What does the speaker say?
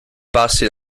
passi